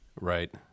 Right